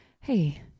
hey